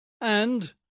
and